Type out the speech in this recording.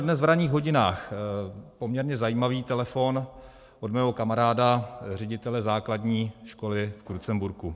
Dnes v ranních hodinách jsem měl poměrně zajímavý telefon od mého kamaráda, ředitele základní školy v Krucemburku.